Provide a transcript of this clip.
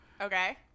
Okay